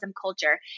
culture